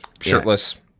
shirtless